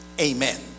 amen